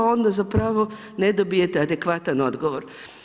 Onda zapravo ne dobijete adekvatan odgovor.